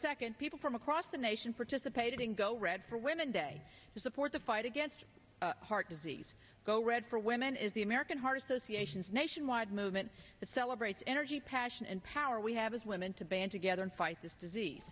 second people from across the nation participating go red for women day to support the fight against heart disease go red for women is the american heart association nationwide movement that celebrates energy passion and power we have as women to band together and fight this disease